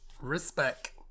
Respect